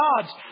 gods